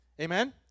Amen